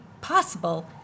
possible